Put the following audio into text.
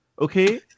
Okay